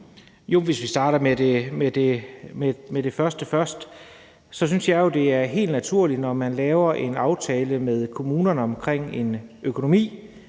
(S): Hvis vi starter med det første, synes jeg jo, det er helt naturligt, at man, når man laver en aftale med kommunerne om økonomi,